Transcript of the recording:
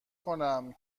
کنم